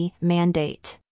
mandate